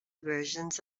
versions